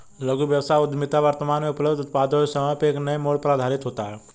लघु व्यवसाय उद्यमिता वर्तमान में उपलब्ध उत्पादों और सेवाओं पर एक नए मोड़ पर आधारित होता है